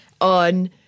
on